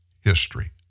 history